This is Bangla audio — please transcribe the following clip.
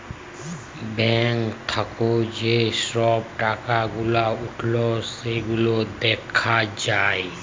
ব্যাঙ্ক থাক্যে যে সব টাকা গুলা উঠল সেগুলা দ্যাখা যায়